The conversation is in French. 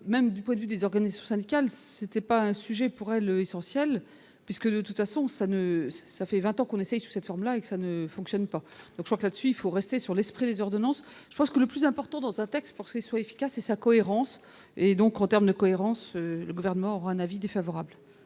même du point de vue des organismes syndicales, c'était pas un sujet pourrait l'essentiel puisque de toute façon ça ne ça fait 20 ans qu'on essaye cette forme-là et ça ne fonctionne pas, donc Jean-Claude, il faut rester sur l'esprit des ordonnances, je pense que le plus important, dans un texte pour il soit efficace et sa cohérence et donc en terme de cohérence, le gouvernement rend un avis défavorable.